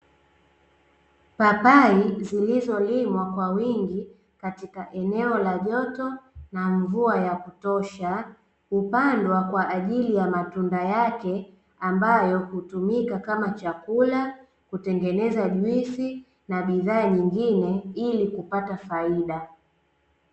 Papai zilizolimwa kwa wingi katika eneo la joto na mvua ya kutosha hupandwa kwa ajili ya matunda yake ambayo hutumika kama chakula, kutengeneza juisi na bidhaa nyingine ili kupata faida.